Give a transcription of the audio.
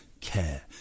care